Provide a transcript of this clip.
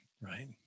Right